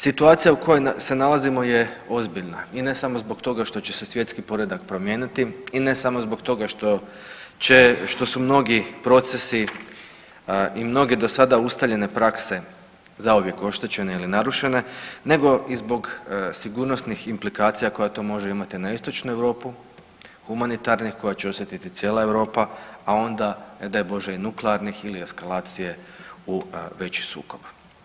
Situacija u kojoj se nalazimo je ozbiljna i ne samo zbog toga što će se svjetski poredak promijeniti i ne samo zbog toga što su mnogi procesi i mnoge do sada ustaljene prakse zauvijek oštećene ili narušene nego i zbog sigurnosnih implikacija koje to može imati na Istočnu Europu, humanitarnih koje će osjetiti cijela Europa, a onda ne daj Bože i nuklearnih ili eskalacije u veći sukob.